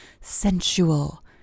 sensual